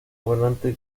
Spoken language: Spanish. gobernante